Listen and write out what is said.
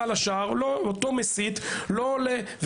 שאותו מסית לא יעלה להר הבית.